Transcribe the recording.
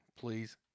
Please